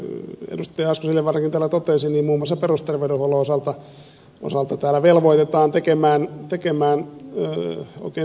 asko seljavaarakin täällä totesi muun muassa perusterveydenhuollon osalta täällä velvoitetaan tekemään oikein suunnitelma